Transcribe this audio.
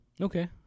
Okay